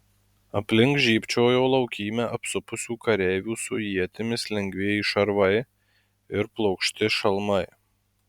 aplink žybčiojo laukymę apsupusių kareivių su ietimis lengvieji šarvai ir plokšti šalmai